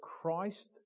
Christ